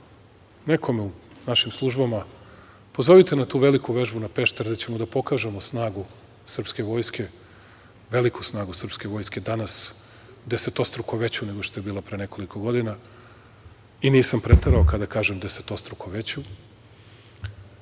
nekome u našim službama - pozovite na tu veliku vežbu, na Pešter, gde ćemo pokazati snagu srpske vojske, veliku snagu srpske vojske, danas desetostruko veću nego što je bila pre nekoliko godina i nisam preterao kada kažem desetostruko veću.